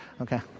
Okay